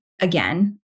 again